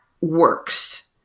works